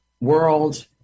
world